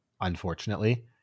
unfortunately